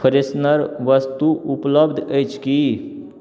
freshener वस्तु उपलब्ध अछि कि